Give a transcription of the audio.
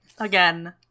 Again